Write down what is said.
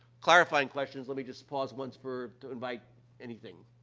clarifying questions, let me just pause once for to invite anything.